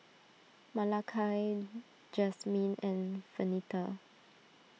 Malakai Jasmyne and Venita